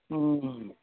ओ